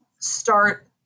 start